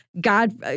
God